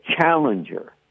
challenger